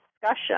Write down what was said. discussion